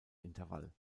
intervall